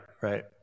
Right